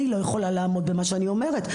אני לא יכולה לעמוד במה שאני אומרת.